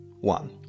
one